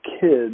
kids